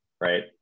right